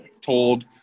told